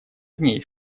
дней